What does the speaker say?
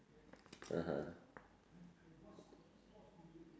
(uh huh)